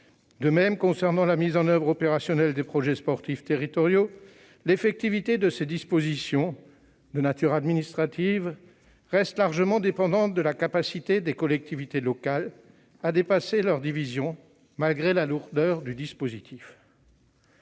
De même, l'effectivité de la mise en oeuvre opérationnelle des projets sportifs territoriaux, dispositions de nature administrative, reste largement dépendante de la capacité des collectivités locales à dépasser leurs divisions, malgré la lourdeur du dispositif.